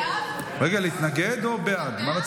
לאומי נתקבלה.